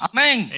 Amen